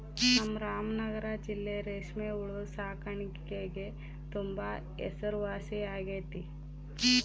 ನಮ್ ರಾಮನಗರ ಜಿಲ್ಲೆ ರೇಷ್ಮೆ ಹುಳು ಸಾಕಾಣಿಕ್ಗೆ ತುಂಬಾ ಹೆಸರುವಾಸಿಯಾಗೆತೆ